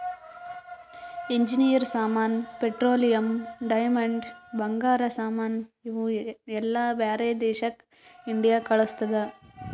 engineer ಸಾಮಾನ್, petroleum, diamond, ಬಂಗಾರ ಸಾಮಾನ್ ಇವು ಎಲ್ಲಾ ಬ್ಯಾರೆ ದೇಶಕ್ ಇಂಡಿಯಾ ಕಳುಸ್ತುದ್